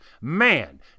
Man